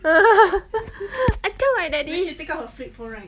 I tell my daddy